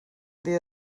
dia